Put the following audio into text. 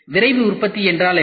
விரைவு உற்பத்தி என்றால் என்ன